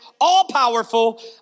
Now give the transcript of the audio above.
all-powerful